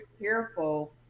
careful